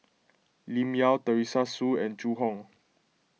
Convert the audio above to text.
Lim Yau Teresa Hsu and Zhu Hong